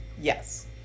Yes